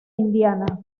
indiana